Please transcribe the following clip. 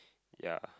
ya